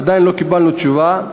עדיין לא קיבלנו תשובה.